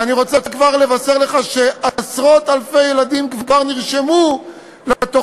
ואני רוצה לבשר לך שעשרות אלפי ילדים כבר נרשמו לתוכנית,